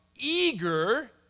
eager